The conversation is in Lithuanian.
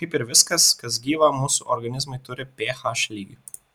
kaip ir viskas kas gyva mūsų organizmai turi ph lygį